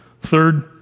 Third